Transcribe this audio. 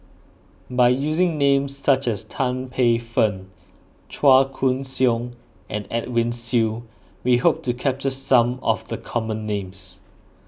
by using names such as Tan Paey Fern Chua Koon Siong and Edwin Siew we hope to capture some of the common names